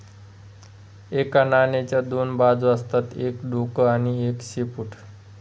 एका नाण्याच्या दोन बाजू असतात एक डोक आणि एक शेपूट